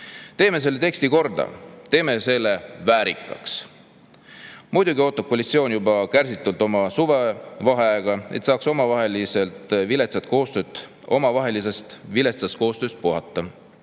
Teeme selle teksti korda, teeme selle väärikaks. Muidugi ootab koalitsioon juba kärsitult suvevaheaega, et saaks omavahelisest viletsast koostööst puhata.